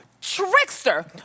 Trickster